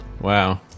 Wow